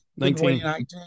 2019